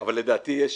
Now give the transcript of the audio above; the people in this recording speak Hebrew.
אבל לדעתי את